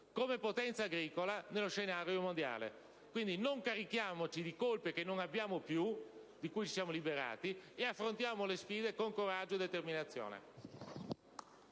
come potenza agricola. Quindi, non carichiamoci di colpe che non abbiamo, di cui ci siamo liberati, e affrontiamo le sfide con coraggio e determinazione.